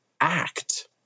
act